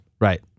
Right